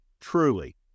truly